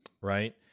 Right